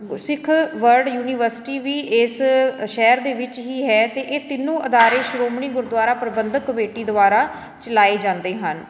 ਸਿੱਖ world university ਵੀ ਇਸ ਸ਼ਹਿਰ ਦੇ ਵਿੱਚ ਹੀ ਹੈ ਅਤੇ ਇਹ ਤਿੰਨੋ ਅਦਾਰੇ ਸ਼੍ਰੋਮਣੀ ਗੁਰਦੁਆਰਾ ਪ੍ਰਬੰਧਕ ਕਮੇਟੀ ਦੁਆਰਾ ਚਲਾਏ ਜਾਂਦੇ ਹਨ